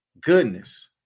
goodness